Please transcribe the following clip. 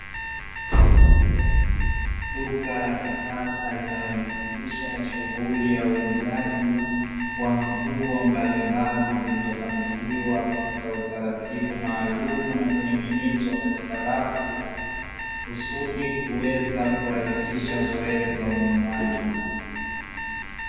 Duka la kisasa linalojihusisha na shughuli ya uuzaji wa nguo mbalimbali zilizopangiliwa katika utaratibu maalumu, na kuninginizwa katika rafu kusudi kuweza kurahisisha zoezi la ununuaji.